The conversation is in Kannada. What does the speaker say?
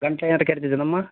ಗಂಟ್ಲು ಏನಾರೂ ಕೆರೀತದೇನಮ್ಮ